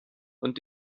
und